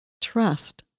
trust